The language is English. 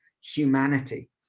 humanity